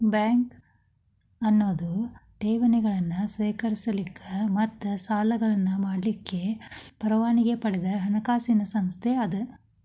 bank ಅನ್ನೊದು ಠೇವಣಿಗಳನ್ನ ಸ್ವೇಕರಿಸಲಿಕ್ಕ ಮತ್ತ ಸಾಲಗಳನ್ನ ಮಾಡಲಿಕ್ಕೆ ಪರವಾನಗಿ ಪಡದ ಹಣಕಾಸಿನ್ ಸಂಸ್ಥೆ ಅದ